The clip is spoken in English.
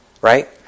Right